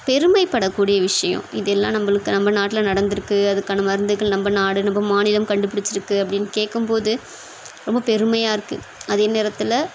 பெருமைப்படக்கூடிய விஷயம் இதெல்லாம் நம்பளுக்கு நம்ம நாட்டில் நடந்திருக்கு அதற்கான மருந்துகள் நம்ப நாடு நம்ம மாநிலம் கண்டுபிடிச்சிருக்கு அப்படின்னு கேட்கும்போது ரொம்ப பெருமையாக இருக்கு அதே நேரத்தில்